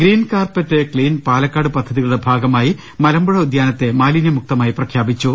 green carpet clean പാലക്കാട്പദ്ധതികളുടെ ഭാഗമായി മലമ്പുഴ ഉദ്യാന ത്തെ മാലിന്യമുക്തമായി പ്രഖ്യാപിച്ചു